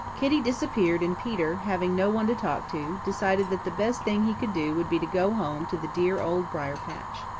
kitty disappeared and peter, having no one to talk to, decided that the best thing he could do would be to go home to the dear old briar-patch.